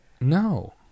No